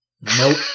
Nope